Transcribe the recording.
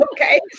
okay